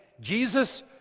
Jesus